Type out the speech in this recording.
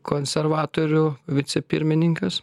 konservatorių vicepirmininkas